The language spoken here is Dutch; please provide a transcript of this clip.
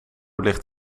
ligt